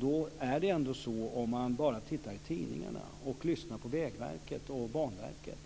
Då är det ändå så, om man bara tittar i tidningarna och lyssnar på Vägverket och Banverket,